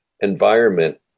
environment